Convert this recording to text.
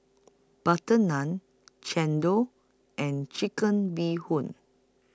Butter Naan Chendol and Chicken Bee Hoon